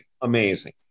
Amazing